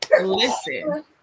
listen